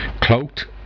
Cloaked